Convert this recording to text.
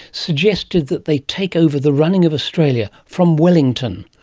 suggested that they take over the running of australia from wellington.